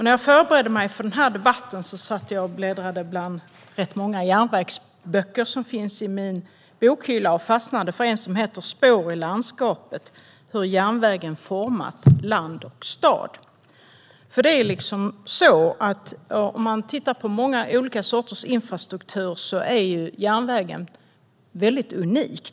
När jag förberedde mig för denna debatt satt jag och bläddrade i rätt många järnvägsböcker som finns i min bokhylla och fastnade för en som heter Spår i landskapet. Hur järnvägen format land och stad . Om man ser på olika sorters infrastruktur är järnvägen unik.